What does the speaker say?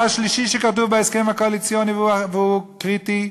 דבר שלישי שכתוב בהסכם הקואליציוני והוא קריטי,